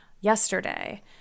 yesterday